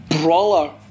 brawler